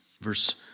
Verse